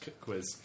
Quiz